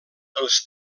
els